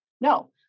no